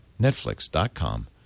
Netflix.com